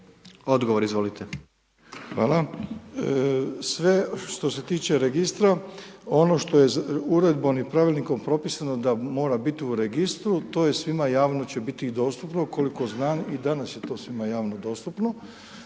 Ivo** Hvala. Sve što se tiče registra, ono što je uredbom i pravilnikom propisano da mora biti u registru, to je svima i javno će biti dostupno, koliko znam i danas je to svima javno dostupno.